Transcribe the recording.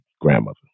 grandmother